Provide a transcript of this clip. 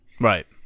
Right